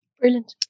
brilliant